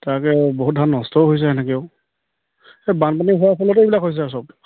তাকে বহুত ধান নষ্টও হৈছে এনেকেও এই বানপানী হোৱাৰ ফলতে এইবিলাক হৈছে আৰু চব